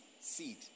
Seed